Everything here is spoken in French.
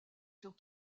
sur